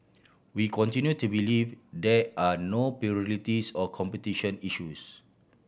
we continue to believe there are no pluralities or competition issues